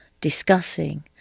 discussing